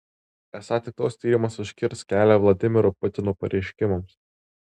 esą tik toks tyrimas užkirs kelią vladimiro putino pareiškimams